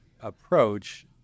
approach